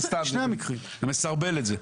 זה מסרבל את זה.